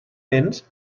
dents